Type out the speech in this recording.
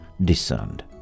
discerned